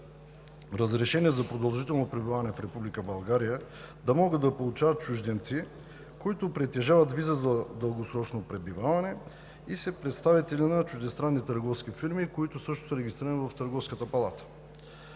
разрешение за продължително пребиваване в Република България да могат да получават чужденци, които притежават виза за дългосрочно пребиваване и са представители на чуждестранни търговски фирми, които също са регистрирани в Търговската палата;